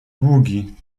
długi